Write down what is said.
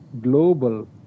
global